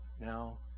now